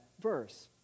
verse